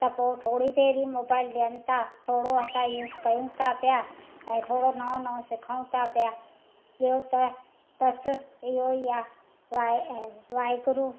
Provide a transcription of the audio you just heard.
त पोइ थोरी देरि ई मोबाइल ॾियनि था थोरो असां यूस कयूं था पिया ऐं थोरो नओ नओ सिखऊं था पिया ॿिंयो त बसि इहो ई आहे वाहे ऐ वाहे गुरू